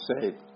saved